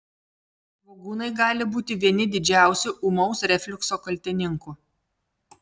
svogūnai gali būti vieni didžiausių ūmaus refliukso kaltininkų